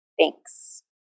Thanks